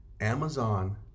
Amazon